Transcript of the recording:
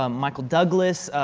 um michael douglas,